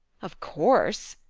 of course,